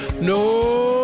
No